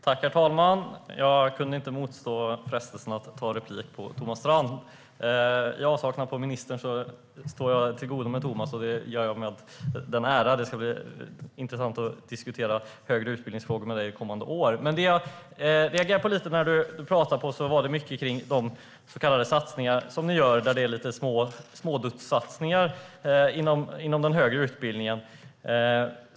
Herr talman! Jag kunde inte motstå frestelsen att begära replik på Thomas Strand. I avsaknad av ministern håller jag till godo med dig, Thomas, och det gör jag gärna. Det ska bli intressant att diskutera frågor om högre utbildning med dig under kommande år. Jag reagerade när du talade om de småduttsatsningar ni gör inom den högre utbildningen.